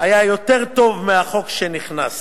היה יותר טוב מהחוק שנכנס.